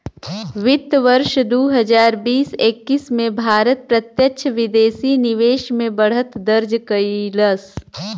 वित्त वर्ष दू हजार बीस एक्कीस में भारत प्रत्यक्ष विदेशी निवेश में बढ़त दर्ज कइलस